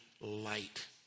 light